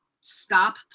Stop